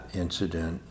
incident